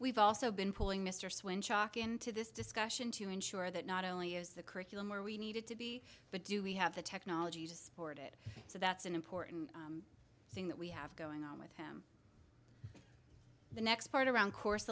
we've also been pulling mr sweyn chalk into this discussion to ensure that not only is the curriculum where we needed to be but do we have the technology to sport it so that's an important thing that we have going on with him the next part around course